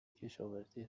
کشاوزی